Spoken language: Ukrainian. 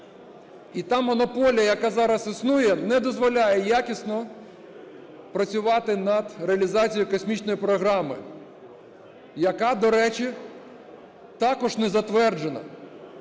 І та монополія, яка зараз існує, не дозволяє якісно працювати над реалізацією космічної програми, яка, до речі, також не затверджена.